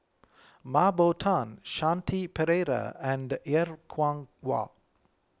Mah Bow Tan Shanti Pereira and Er Kwong Wah